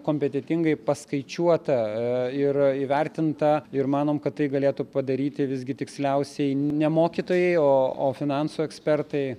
kompetentingai paskaičiuota ir įvertinta ir manom kad tai galėtų padaryti visgi tiksliausiai ne mokytojai o o finansų ekspertai